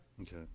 Okay